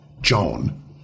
Joan